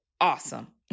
Awesome